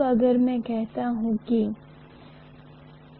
लेकिन मैं बीच में छोटे छोटे एयर गैप लूँगा